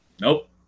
nope